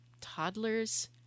toddlers